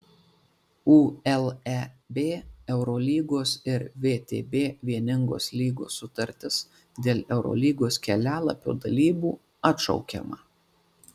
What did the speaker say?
uleb eurolygos ir vtb vieningos lygos sutartis dėl eurolygos kelialapio dalybų atšaukiama